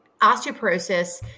osteoporosis